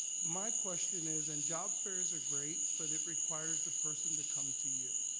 my question is, and job fairs are great, but it requires the person to come to you.